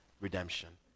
redemption